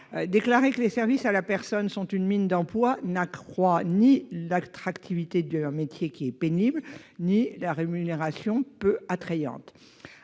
Déclarer que les services à la personne sont une mine d'emplois n'accroît ni l'attractivité de métiers pénibles ni des rémunérations peu attrayantes.